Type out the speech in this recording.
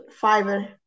fiber